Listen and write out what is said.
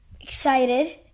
excited